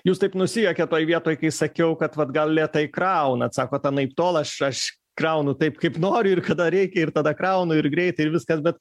jūs taip nusijuokėt toj vietoj kai sakiau kad vat gal lėtai kraunat sakote anaiptol aš aš kraunu taip kaip noriu ir kada reikia ir tada kraunu ir greit ir viskas bet